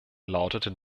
lautete